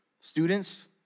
Students